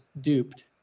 duped